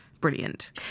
brilliant